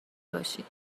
باشی